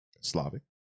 Slavic